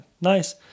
nice